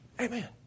Amen